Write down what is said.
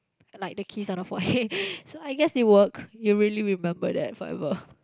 and like the kiss on the forehead so I guess it worked it really remember that forever